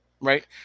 right